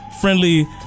friendly